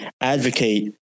advocate